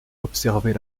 observer